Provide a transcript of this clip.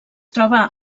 troba